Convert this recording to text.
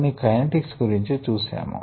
కొన్నికైనెటిక్స్ గురించి చూశాము